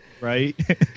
Right